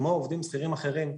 כמו עובדים שכירים אחרים.